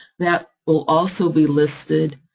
that will also be listed.